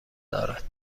دارد